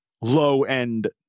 low-end